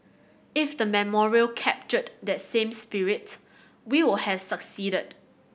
if the memorial captured that same spirit we will have succeeded